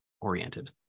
oriented